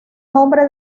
nombre